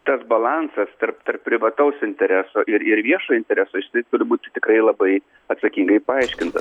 tas balansas tarp tarp privataus intereso ir ir viešo intereso jisai turi būt tikrai labai atsakingai paaiškintas